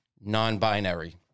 non-binary